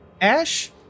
Ash